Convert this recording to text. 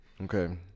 Okay